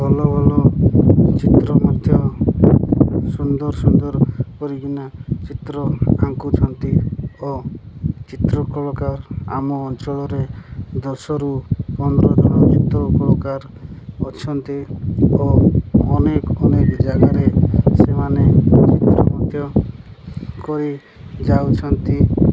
ଭଲ ଭଲ ଚିତ୍ରକାର ମଧ୍ୟ ସୁନ୍ଦର ସୁନ୍ଦର କରିକିନା ଚିତ୍ର ଆଙ୍କୁଛନ୍ତି ଓ ଚିତ୍ର କଳକାର ଆମ ଅଞ୍ଚଳରେ ଦଶରୁ ପନ୍ଦର ଜଣ ଚିତ୍ର କଳକାର ଅଛନ୍ତି ଓ ଅନେକ ଅନେକ ଜାଗାରେ ସେମାନେ ଚିତ୍ର ମଧ୍ୟ କରି ଯାଉଛନ୍ତି